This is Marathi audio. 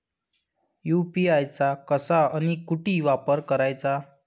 यू.पी.आय चा कसा अन कुटी वापर कराचा?